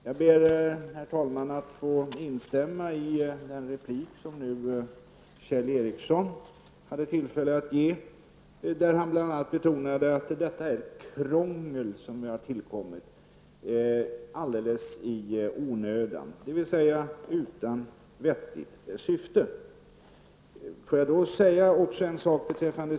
Jag ber herr talman att få instämma i den replik som Kjell Ericsson hade tillfälle att ge, där han betonade att detta krångel som tillkommit alldeles i onödan, dvs. utan vettigt syfte.